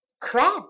Crab